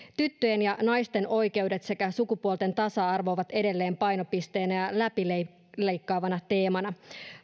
tyttöjen ja naisten oikeudet sekä sukupuolten tasa arvo ovat edelleen painopisteenä ja läpileikkaavana teemana